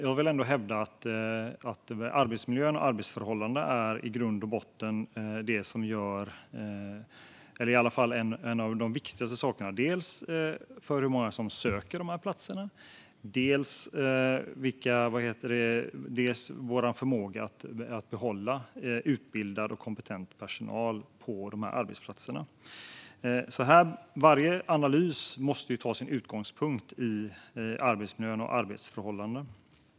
Jag vill ändå hävda att arbetsmiljön och arbetsförhållandena är några av de viktigaste sakerna dels för hur många som söker platserna, dels för vår förmåga att behålla utbildad och kompetent personal på arbetsplatserna. Varje analys måste därför ta sin utgångspunkt i arbetsmiljön och arbetsförhållandena.